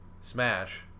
Smash